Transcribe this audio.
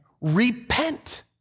repent